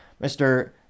Mr